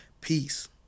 Peace